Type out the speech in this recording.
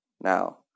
Now